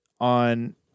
on